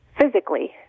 physically